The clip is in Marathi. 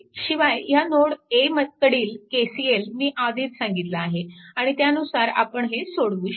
शिवाय ह्या नोड A कडील KCL मी आधीच सांगितला आहे आणि त्यानुसार आपण हे सोडवू शकू